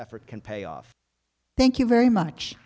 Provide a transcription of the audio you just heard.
effort can payoff thank you very much